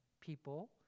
people